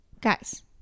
Guys